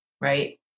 Right